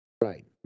Right